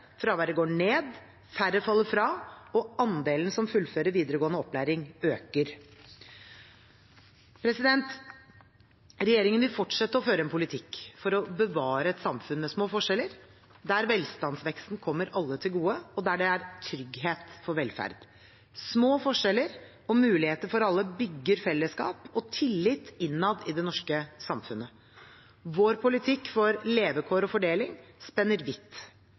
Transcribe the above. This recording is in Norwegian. fraværet går ned, færre faller fra, og andelen som fullfører videregående opplæring, øker. Regjeringen vil fortsette å føre en politikk for å bevare et samfunn med små forskjeller, der velstandsveksten kommer alle til gode, og der det er trygghet for velferd. Små forskjeller og muligheter for alle bygger fellesskap og tillit innad i det norske samfunnet. Vår politikk for levekår og fordeling spenner vidt: